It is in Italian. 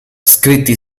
scritti